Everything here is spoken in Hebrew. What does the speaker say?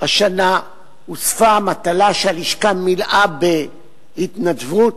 השנה הוספה מטלה שהלשכה מילאה בהתנדבות,